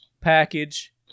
package